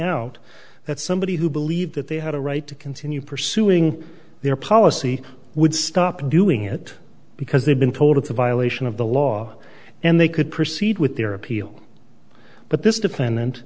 out that somebody who believed that they had a right to continue pursuing their policy would stop doing it because they've been told it's a violation of the law and they could proceed with their appeal but this dependent